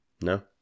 No